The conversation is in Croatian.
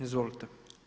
Izvolite.